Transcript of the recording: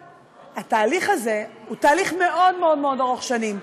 התהליך הזה הוא תהליך מאוד מאוד ארוך שנים.